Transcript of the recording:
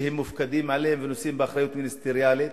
שהם מופקדים עליהם ונושאים באחריות מיניסטריאלית,